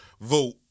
vote